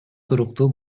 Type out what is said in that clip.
туруктуу